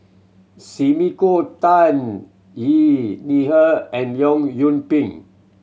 Sumiko Tan Xi Ni Er and Leong Yoon Pin